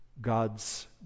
God's